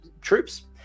troops